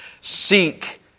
Seek